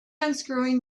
unscrewing